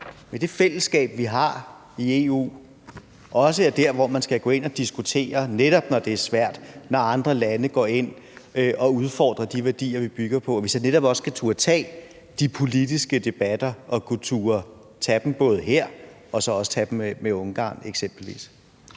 med det fællesskab, vi har i EU, at man skal gå ind og diskutere, netop når det er svært og andre lande går ind og udfordrer de værdier, vi bygger på, altså at vi så netop også skal turde tage de politiske debatter og turde tage dem både her og med eksempelvis